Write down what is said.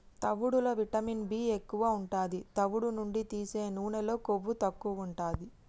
తవుడులో vitamin B ఎక్కువు ఉంటది, తవుడు నుండి తీసే నూనెలో కొవ్వు తక్కువుంటదట